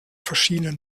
verschiedenen